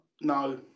No